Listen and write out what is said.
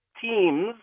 teams